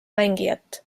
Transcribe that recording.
mängijat